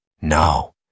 No